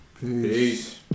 Peace